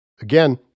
Again